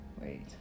wait